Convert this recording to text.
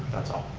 that's all.